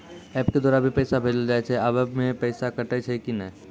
App के द्वारा भी पैसा भेजलो जाय छै आबै मे पैसा कटैय छै कि नैय?